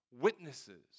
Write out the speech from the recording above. Witnesses